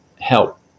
help